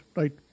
right